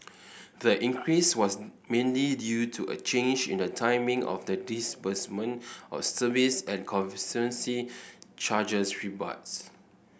the increase was mainly due to a change in the timing of the disbursement of service and conservancy charges rebates